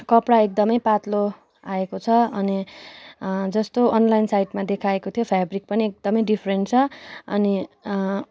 कपडा एकदमै पात्लो आएको छ अनि जस्तो अनलाइन साइटमा देखाएको थियो फेब्रिक पनि एकदम डिफ्रेन्ट छ अनि